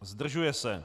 Zdržuje se.